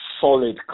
solid